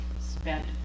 spent